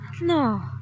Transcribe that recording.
No